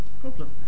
problem